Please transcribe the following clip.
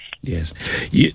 Yes